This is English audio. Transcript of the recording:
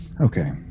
Okay